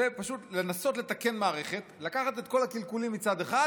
זה פשוט לנסות לתקן מערכת בלקחת את כל הקלקולים מצד אחד